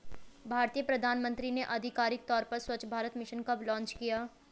भारतीय प्रधानमंत्री ने आधिकारिक तौर पर स्वच्छ भारत मिशन कब लॉन्च किया?